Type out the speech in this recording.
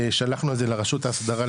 שלחנו את זה לרשות ההסדרה,